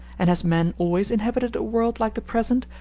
and has man always inhabited a world like the present,